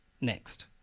next